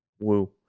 woo